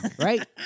Right